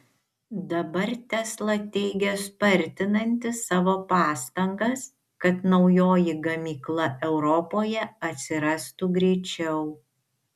dabar tesla teigia spartinanti savo pastangas kad naujoji gamykla europoje atsirastų greičiau